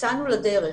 יצאנו לדרך